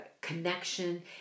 connection